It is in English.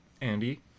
Andy